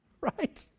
Right